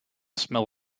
smell